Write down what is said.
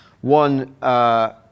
One